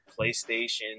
PlayStation